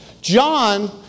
John